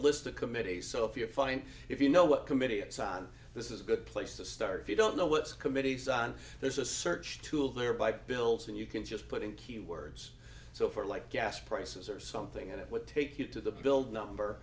list of committees so if you're fine if you know what committee it's on this is a good place to start if you don't know what's committees on there's a search tool there by bills and you can just put in keywords so for like gas prices or something and it would take you to the build number